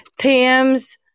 Pam's